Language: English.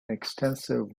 extensive